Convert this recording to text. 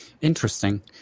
Interesting